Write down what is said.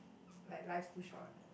like life's too short